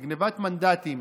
בגנבת מנדטים,